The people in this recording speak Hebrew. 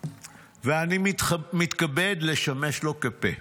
ואני מתכבד לשמש לו כפה: